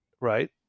right